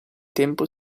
tempo